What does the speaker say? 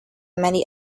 many